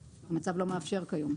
המצב לא מאפשר להחיל זאת כיום.